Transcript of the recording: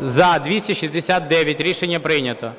За-269 Рішення прийнято.